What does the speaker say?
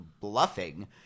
bluffing